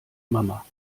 mama